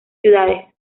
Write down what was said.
ciudades